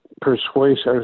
persuasive